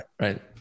Right